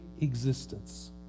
existence